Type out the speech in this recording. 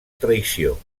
traïció